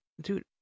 dude